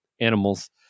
animals